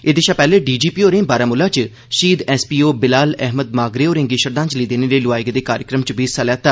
एहदे शा पैहले डीजीपी होरें बारामूला च शहीद एसपीओ बिलाल अहमद मागरे होरें'गी श्रद्वांजलि देने लेई लोआए गेदे कार्यक्रम च बी हिस्सा लैता